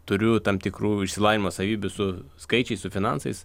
turiu tam tikrų išsilavinimo savybių su skaičiais su finansais